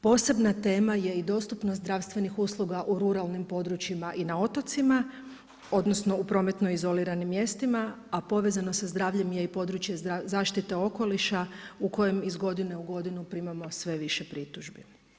Posebna tema je i dostupnost zdravstvenih usluga u ruralnim područjima i na otocima odnosno u prometnoj izoliranim mjestima a povezano sa zdravljem je i područje zaštite okoliša u kojem iz godine u godinu primamo sve više pritužbi.